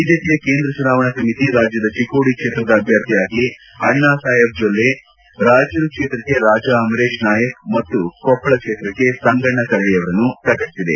ಬಿಜೆಪಿಯ ಕೇಂದ್ರ ಚುನಾವಣಾ ಸಮಿತಿ ರಾಜ್ಯದ ಚಿಕ್ಕೋಡಿ ಕ್ಷೇತ್ರದ ಅಭ್ಯರ್ಥಿಯಾಗಿ ಅಣ್ಣಾ ಸಾಹೇಬ್ ಜೊಲ್ಲೆ ರಾಯಚೂರು ಕ್ಷೇತ್ರಕ್ಕೆ ರಾಜಾ ಅಮರೇಶ್ ನಾಯಕ್ ಮತ್ತು ಕೊಪ್ಪಳ ಕ್ಷೇತ್ರಕ್ಕೆ ಸಂಗಣ್ಣ ಕರಡಿ ಅವರ ಪೆಸರನ್ನು ಪ್ರಕಟಿಸಿದೆ